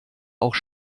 auch